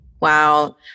Wow